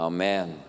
Amen